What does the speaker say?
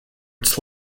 its